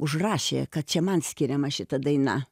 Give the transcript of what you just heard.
užrašė kad čia man skiriama šita daina